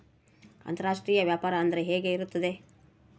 ಅಂತರಾಷ್ಟ್ರೇಯ ವ್ಯಾಪಾರ ಅಂದರೆ ಹೆಂಗೆ ಇರುತ್ತದೆ?